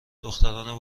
دختران